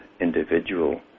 individual